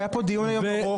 היה היום פה דיון ארוך,